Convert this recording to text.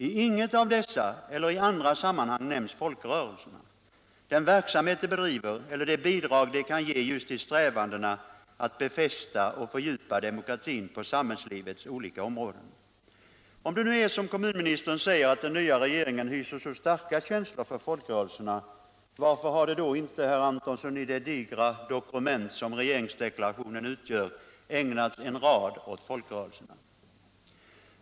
I inget av dessa eller andra sammanhang nämns folkrörelserna, den verksamhet de bedriver eller de bidrag de kan lämna till strävandena att befästa och fördjupa demokratin på samhällslivets olika områden. Om det nu är som kommunministern säger, att den nya regeringen hyser så starka känslor för folkrörelserna, varför hade då inte herr Antonsson i det digra dokument som regeringsdeklarationen utgör ägnat en rad åt folkrörelserna?